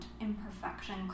imperfection